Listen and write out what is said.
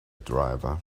driver